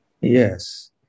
Yes